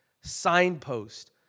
signpost